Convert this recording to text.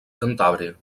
cantàbria